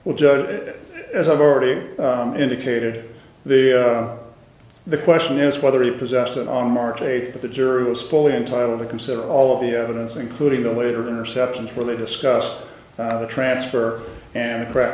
will judge it as i've already indicated the the question is whether he possessed it on march eighth that the jury was fully entitled to consider all of the evidence including the way or interceptions where they discussed the transfer and crack